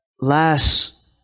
last